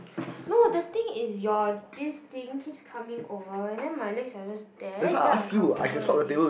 no the thing is your this thing keeps coming over then my legs are just there then is very uncomfortable already